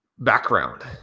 background